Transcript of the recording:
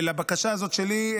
ולבקשה הזאת שלי,